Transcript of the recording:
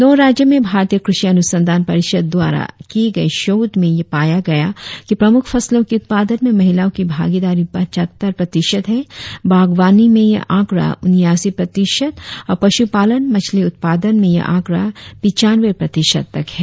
नौ राज्यों में भारतीय कृषि अनुसंधान परिषद द्वारा किए गए शोध में यह पाया गया कि प्रमुख फसलों के उत्पादन में महिलाओं की भागीदारी पचहत्तर प्रतिशत है बागवानी में यह आंकड़ा उन्यासी प्रतिशत और पश्रपालन मछली उत्पादन में यह आंकड़ा पिचानवें प्रतिशत तक है